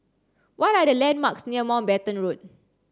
what are the landmarks near Mountbatten Road